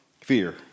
Fear